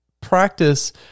practice